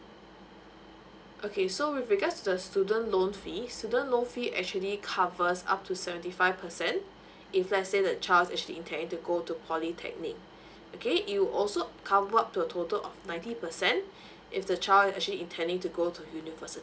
okay so with regards to the student loans fee student loan fee actually covers up to seventy five percent if let's say the child's actually intending to go to polytechnic okay it'll also cover up to a total of ninety percent if the child is actually intending to go to university